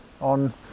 on